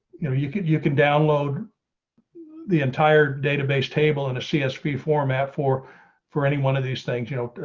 you know you could you can download the entire database table in a csv format for for any one of these things, you know,